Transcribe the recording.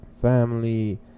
family